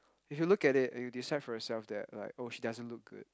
if you look at it and you decide for yourself that like oh she doesn't look good